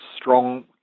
strong